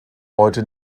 heute